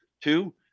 Two